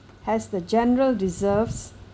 has the general reserves